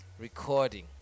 recording